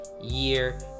year